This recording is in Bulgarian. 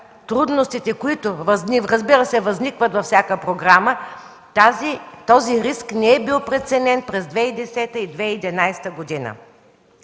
трудностите, които, разбира се, възникват във всяка програма, този риск не е бил преценен през 2010 и 2011 г.